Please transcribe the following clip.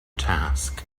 task